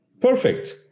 perfect